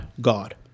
God